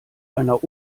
einer